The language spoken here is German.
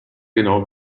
genau